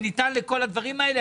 לכל הדברים האלה,